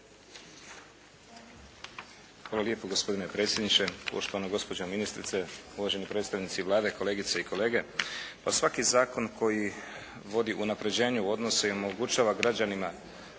Hvala lijepo gospodine predsjedniče, poštovana gospođo ministrice, uvaženi predstavnici Vlade, kolegice i kolege. Pa svaki zakon koji vodi unapređenju odnosa i omogućava građanima